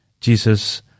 Jesus